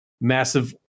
massive